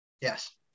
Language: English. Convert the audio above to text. Yes